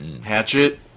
Hatchet